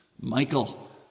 Michael